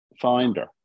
finder